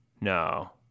no